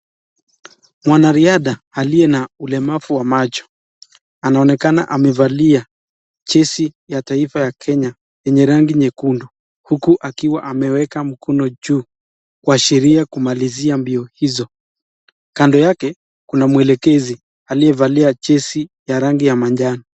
Mwanariadha aliye na ulemavu wa macho anaonekana amevalia jezi ya taifa ya Kenya yenye rangi nyekundu huku akiwa ameweka mkono juu kuashiria kumalizia mbio hizo , kando yake kuna mwelekezi aliyevalia jezi ya rangi ya manjano.